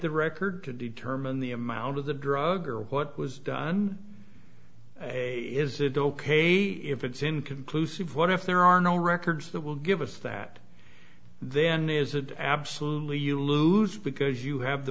the record to determine the amount of the drug or what was done a is it ok if it's inconclusive what if there are no records that will give us that then is it absolutely you lose because you have the